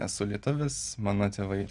esu lietuvis mano tėvai